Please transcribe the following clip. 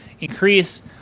increase